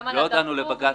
לא הודענו לבג"ץ